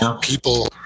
People